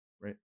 Right